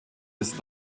des